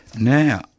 Now